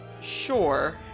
sure